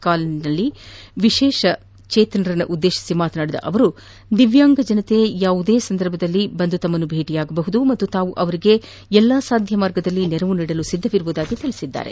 ಕಾಲೇಜಿನಿಲ್ಲಿ ದೃಷ್ಷಿ ವಿಶೇಷ ಚೇತನರನ್ನುದ್ದೇಶಿಸಿ ಮಾತನಾಡಿದ ಅವರು ದಿವ್ಯಾಂಗದವರು ಯಾವುದೇ ಸಂದರ್ಭದಲ್ಲಿ ಬಂದು ತಮ್ನನ್ನು ಭೇಟ ಮಾಡಬಹುದು ಮತ್ತು ತಾವು ಅವರಿಗೆ ಎಲ್ಲ ಸಾಧ್ಯ ಮಾರ್ಗದಲ್ಲಿ ನೆರವು ನೀಡಲು ಸಿದ್ದನಾಗಿರುವುದಾಗಿ ತಿಳಿಸಿದ್ದಾರೆ